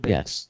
Yes